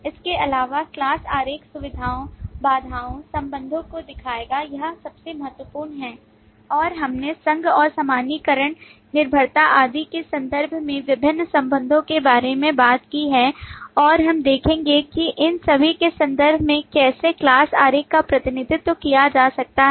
इसके अलावाclass आरेख सुविधाओं बाधाओं संबंधों को दिखाएगा यह सबसे महत्वपूर्ण है और हमने संघ और सामान्यीकरण निर्भरता आदि के संदर्भ में विभिन्न संबंधों के बारे में बात की है और हम देखेंगे कि इन सभी के संदर्भ में कैसे class आरेख का प्रतिनिधित्व किया जा सकता है